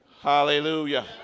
Hallelujah